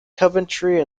coventry